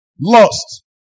lost